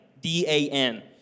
D-A-N